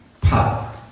power